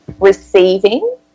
receiving